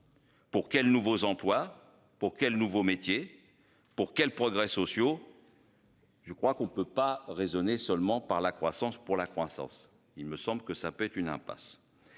Pour quels nouveaux emplois pour quel nouveau métier pour quel progrès sociaux. Je crois qu'on ne peut pas raisonner seulement par la croissance pour la croissance. Il me semble que ça peut une impasse.